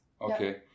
Okay